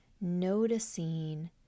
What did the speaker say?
noticing